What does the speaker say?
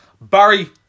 Barry